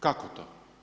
Kako to?